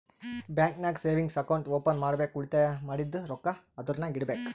bank ನಾಗ್ savings account open ಮಾಡ್ಬೇಕ ಉಳಿತಾಯ ಮಾಡಿದ್ದು ರೊಕ್ಕಾ ಅದುರ್ನಾಗ್ ಇಡಬೇಕ್